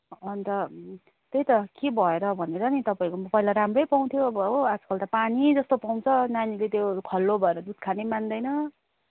अन्त त्यही त के भएर भनेर नि तपाईँकोमा पहिला त राम्रै पाउँथ्यो अब हो आजकाल त पानी जस्तो पाउँछ नानीले त्योहरू खल्लो भएर दुध खानै मान्दैन